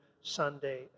Sunday